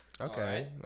Okay